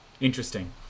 Interesting